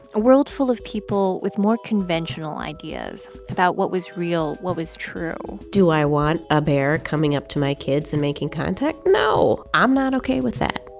a world full of people with more conventional ideas about what was real, what was true. do i want a bear coming up to my kids and making contact? no, i'm not ok with that.